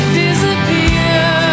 disappear